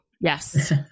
yes